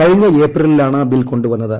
കഴിഞ്ഞ കൃപ്രിലിലാണ് ബിൽ കൊണ്ടു വന്നത്